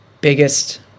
biggest